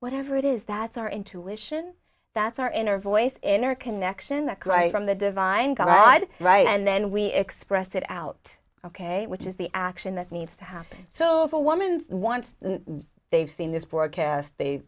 whatever it is that's our intuition that's our inner voice in our connection the cry from the divine god right and then we express it out ok which is the action that needs to happen so if a woman's once they've seen this broadcast they